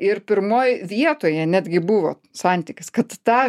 ir pirmoj vietoje netgi buvo santykis kad ta